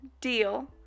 Deal